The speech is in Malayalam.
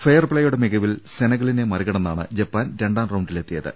ഫെയർ പ്ലേയുടെ മികവിൽ സെനഗലിനെ മറികടന്നാണ് ജപ്പാൻ രണ്ടാം റൌണ്ടിലെത്തിയത്